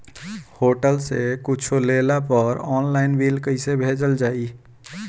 Hotel से कुच्छो लेला पर आनलाइन बिल कैसे भेजल जाइ?